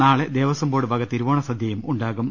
നാളെ ദേവസ്വംബോർഡ് വക തിരുപോണ സദ്യയും ഉണ്ടാ കും